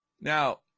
Now